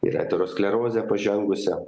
ir aterosklerozę pažengusią